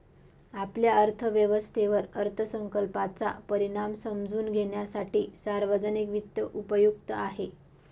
आपल्या अर्थव्यवस्थेवर अर्थसंकल्पाचा परिणाम समजून घेण्यासाठी सार्वजनिक वित्त उपयुक्त आहे